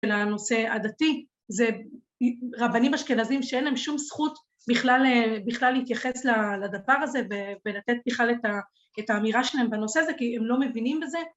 לנושא הדתי, זה רבנים אשכנזים שאין להם שום זכות בכלל להתייחס לדבר הזה, ולתת בכלל את האמירה שלהם בנושא הזה, כי הם לא מבינים בזה, ...